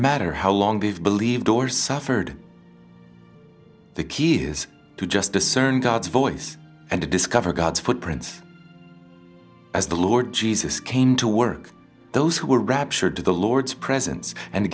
matter how long the believed or suffered the key is to just discern god's voice and to discover god's footprints as the lord jesus came to work those who were raptured to the lord's presence and